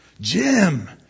Jim